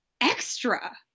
extra